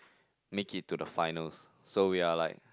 make it to the finals so we are like